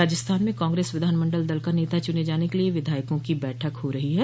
राजस्थान में कांग्रेस विधानमंडल दल का नेता चुने जाने के लिये विधायकों की बैठक हो रही है